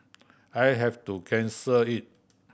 I have to cancel it